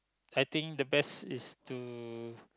I think the best is to